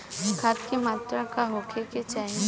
खाध के मात्रा का होखे के चाही?